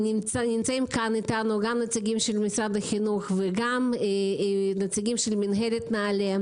נמצאים אתנו גם נציגי משרד החינוך וגם נציגי מינהלת נעל"ה.